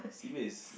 sibei is